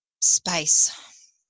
space